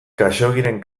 khaxoggiren